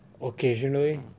occasionally